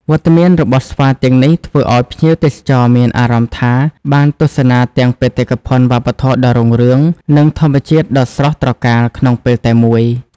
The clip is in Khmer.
វត្តមានរបស់ស្វាទាំងនេះធ្វើឱ្យភ្ញៀវទេសចរមានអារម្មណ៍ថាបានទស្សនាទាំងបេតិកភណ្ឌវប្បធម៌ដ៏រុងរឿង និងធម្មជាតិដ៏ស្រស់ត្រកាលក្នុងពេលតែមួយ។